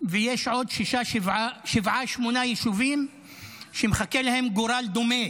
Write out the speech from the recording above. ויש עוד שבעה, שמונה יישובים שמחכה להם גורל דומה,